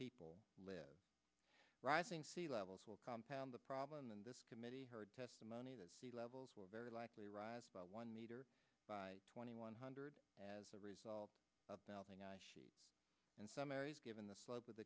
people rising sea levels will compound the problem and this committee heard testimony that the levels will very likely rise about one meter by twenty one hundred as a result in some areas given the slope